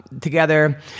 together